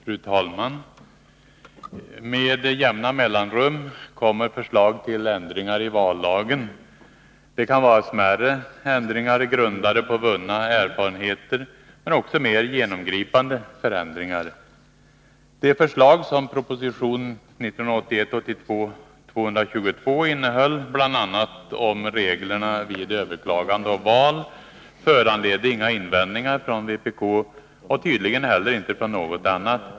Fru talman! Med jämna mellanrum kommer förslag till ändringar i vallagen. Det kan vara smärre ändringar, grundade på vunna erfarenheter, men också mer genomgripande förändringar. De förslag som proposition 1981/82:222 innehöll, bl.a. om reglerna vid överklagande av val, föranledde inga invändningar från vpk och tydligen heller inte från något annat parti.